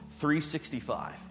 365